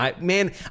man